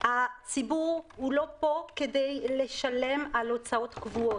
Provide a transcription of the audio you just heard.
הציבור לא פה כדי לשלם על הוצאות קבועות.